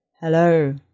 hello